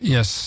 Yes